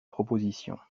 proposition